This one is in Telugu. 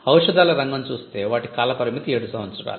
ఔషధాల రంగం చూస్తే వాటి కాల పరిమితి 7 సంవత్సరాలే